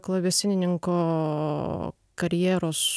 klavesinininko karjeros